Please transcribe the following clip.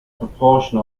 proportion